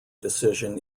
decision